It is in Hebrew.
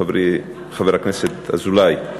חברי חבר הכנסת אזולאי,